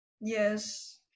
Yes